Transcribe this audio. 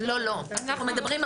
אני מדבר על